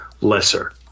lesser